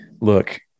look